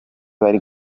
bari